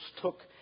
took